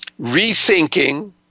rethinking